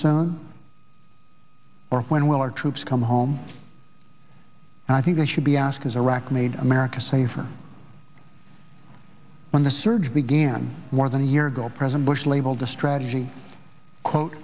soon or when will our troops come home and i think they should be asked is iraq made america safer when the surge began more than a year ago present bush labeled the strategy quote